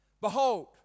Behold